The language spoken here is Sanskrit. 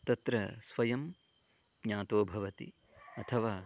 तत्र स्वयं ज्ञातः भवति अथवा